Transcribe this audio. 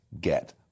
get